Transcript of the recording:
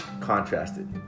contrasted